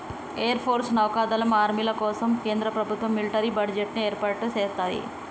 air force, నౌకా దళం, ఆర్మీల కోసం కేంద్ర ప్రభుత్వం మిలిటరీ బడ్జెట్ ని ఏర్పాటు సేత్తది